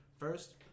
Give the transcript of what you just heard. First